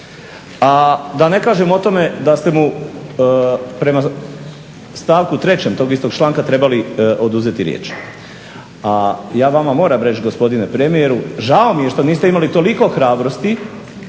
a da ne kažem o tome da ste mu prema stavku 3. tog istog članka trebali oduzeti riječ. A ja vama moram reći gospodine premijeru žao mi je što niste imali toliko hrabrosti